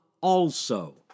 also